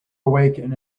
awaken